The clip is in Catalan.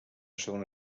segona